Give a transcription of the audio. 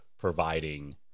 providing